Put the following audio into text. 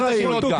כמו תוכי,